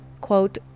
quote